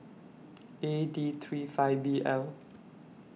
A D three five B L